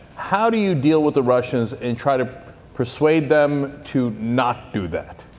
how do you deal with the russians and try to persuade them to not do that?